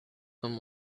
them